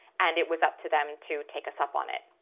and it was up to them to take us up on it.